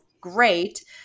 great